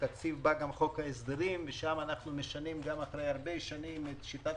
התקציב בא עם חוק ההסדרים ושם אנחנו משנים אחרי שנים את השיטה.